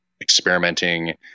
experimenting